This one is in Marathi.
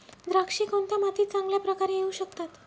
द्राक्षे कोणत्या मातीत चांगल्या प्रकारे येऊ शकतात?